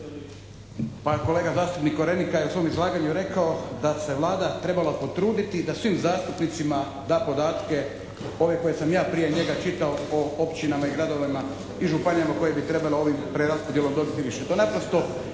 Pa kolega zastupnik Korenika je u svom izlaganju rekao da se Vlada trebala potruditi da svim zastupnicima da podatke ove koje sam ja prije njega čitao o općinama i gradovima i županijama koje bi ovom preraspodjelom dobiti više.